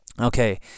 Okay